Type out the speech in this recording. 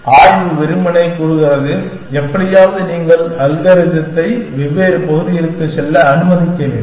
ஆய்வு வெறுமனே கூறுகிறது எப்படியாவது நீங்கள் அல்கரித்தை வெவ்வேறு பகுதிகளுக்கு செல்ல அனுமதிக்க வேண்டும்